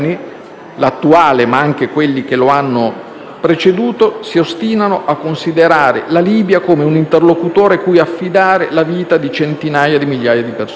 l'attuale, ma anche quelli che lo hanno preceduto - si ostinano a considerare la Libia come un interlocutore cui affidare la vita di centinaia di migliaia di persone.